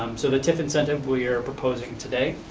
um so the tif incentive we are proposing today,